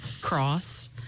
cross